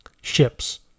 Ships